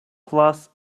class